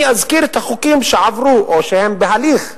אני אזכיר את החוקים שעברו או שהם בהליך,